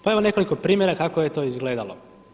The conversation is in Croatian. Pa evo nekoliko primjera kako je to izgledalo.